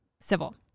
civil